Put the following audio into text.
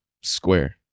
square